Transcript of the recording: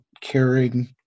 caring